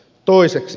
toiseksi